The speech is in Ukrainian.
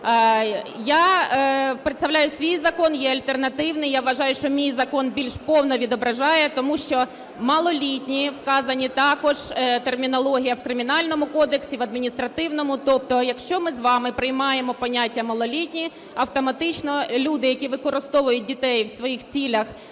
Я представляю свій закон, є альтернативний. Я вважаю, що мій закон більш повно відображає, тому що "малолітні" вказана також термінологія в Кримінальному кодексі, в Адміністративному. Тобто якщо ми з вами приймаємо поняття "малолітні", автоматично люди, які використовують дітей в своїх цілях,